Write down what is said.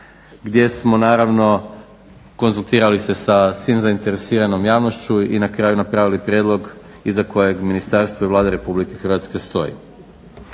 gdje smo naravno konzultirali se sa svom zainteresiranom javnošću i na kraju napravili prijedlog iza kojeg ministarstvo i Vlada Republike stoji.